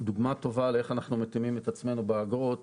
דוגמה טובה על איך אנחנו מתאימים את עצמנו באגרות